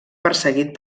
perseguit